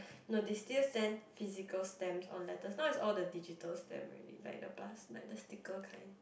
no they still send physical stamps on letter now is all digital stamps already like past like the sticker kind